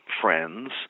friends